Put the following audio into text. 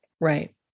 Right